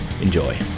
enjoy